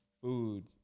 food